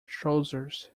trousers